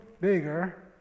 bigger